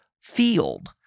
field